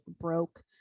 broke